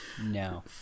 no